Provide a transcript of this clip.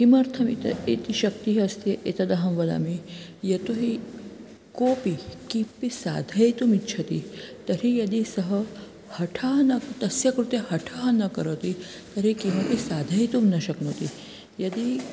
किमर्थमिति इति शक्तिः अस्ति एतदहं वदामि यतो हि कोपि किमपि साधयितुमिच्छति तर्हि यदि सः हठः न तस्य कृते हठं न करोति तर्हि किमपि साधयितुं न शक्नोति यदि